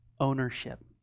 Ownership